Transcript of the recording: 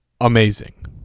amazing